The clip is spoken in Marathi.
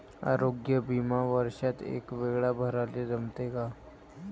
आरोग्य बिमा वर्षात एकवेळा भराले जमते का?